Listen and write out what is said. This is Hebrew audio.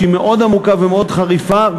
שהיא מאוד עמוקה ומאוד חריפה.